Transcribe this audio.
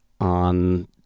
on